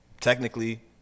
technically